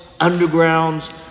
undergrounds